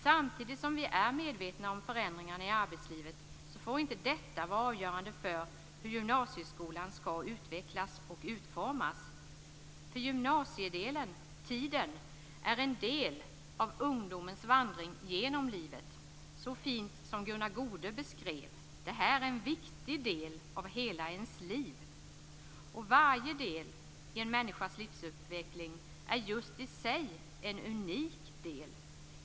Samtidigt som vi är medvetna om förändringarna i arbetslivet får inte det vara avgörande för hur gymnasieskolan skall utvecklas och utformas. Gymnasietiden är ju en del av ungdomens vandring genom livet. Gunnar Goude beskrev så fint att det här är en viktig del i en människas liv. Och varje del i en människas livsutveckling är i sig en unik del.